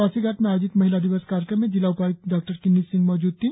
पासीघाट में आयोजित महिला दिवस कार्यक्रम में जिला उपाय्क्त डॉकिन्नी सिंह मौजूद थी